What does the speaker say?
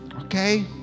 Okay